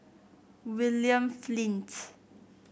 William Flint